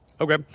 Okay